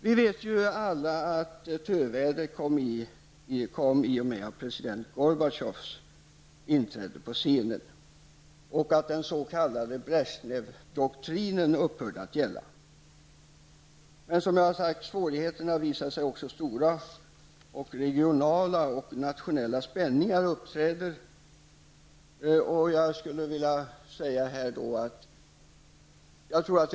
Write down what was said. Vi vet alla att tövädret kom i och med president Gorbatjovs inträde på scenen och den s.k. Svårigheterna visade sig stora, och regionala och nationella spänningar har uppträtt.